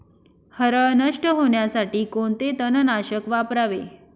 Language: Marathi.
हरळ नष्ट होण्यासाठी कोणते तणनाशक वापरावे?